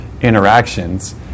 interactions